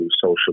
social